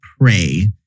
pray